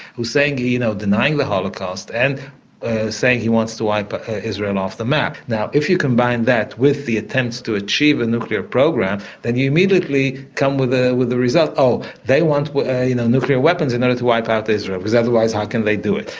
who's saying, he, you know, denying the holocaust and saying he wants to wipe israel off the map. now if you combine that with the attempts to achieve a nuclear program then you immediately come with ah with the result, oh, they want you know nuclear weapons in order to wipe out israel because otherwise how can they do it?